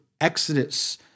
Exodus